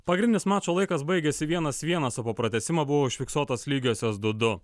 pagrindinis mačo laikas baigėsi vienas vienas o po pratęsimo buvo užfiksuotos lygiosios du du